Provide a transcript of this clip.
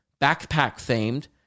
backpack-themed